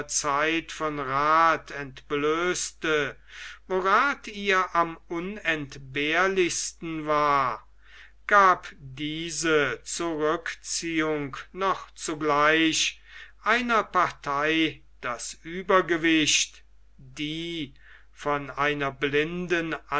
zeit von rath entblößte wo rath ihr am unentbehrlichsten war gab diese zurückziehung noch zugleich einer partei das uebergewicht die von einer blinden